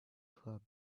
nightclub